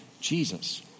Jesus